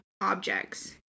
objects